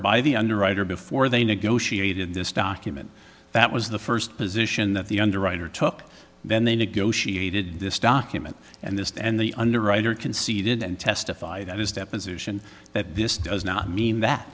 by the underwriter before they negotiated this document that was the first position that the underwriter took then they negotiated this document and this and the underwriter conceded and testify that his deposition that this does not mean that